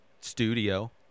studio